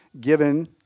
given